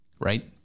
right